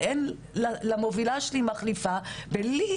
למובילה שלי מחליפה ולי,